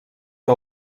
que